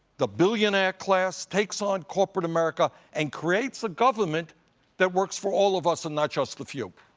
the billionaire class, takes on corporate america, and creates a government that works for all of us and not just a few.